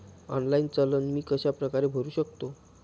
Online चलन मी कशाप्रकारे भरु शकतो?